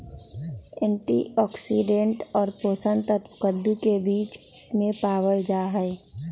antioxidant और पोषक तत्व कद्दू के बीज में पावल जाहई